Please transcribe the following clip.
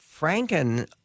Franken